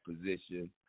position